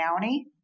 county